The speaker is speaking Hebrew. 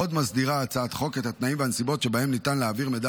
עוד מסדירה הצעת החוק את התנאים והנסיבות שבהם ניתן להעביר מידע